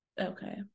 Okay